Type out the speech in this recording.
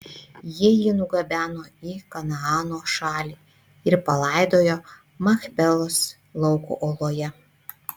jie jį nugabeno į kanaano šalį ir palaidojo machpelos lauko oloje